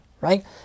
right